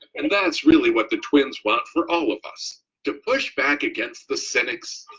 and that's really what the twins want for all of us to push back against the cynics